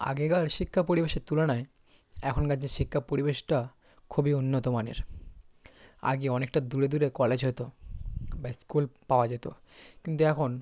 আগেকার শিক্ষা পরিবেশের তুলনায় এখনকার যে শিক্ষা পরিবেশটা খুবই উন্নত মানের আগে অনেকটা দূরে দূরে কলেজ হতো বা স্কুল পাওয়া যেত কিন্তু এখন